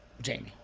Jamie